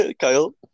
Kyle